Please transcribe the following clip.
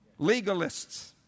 Legalists